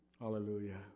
Hallelujah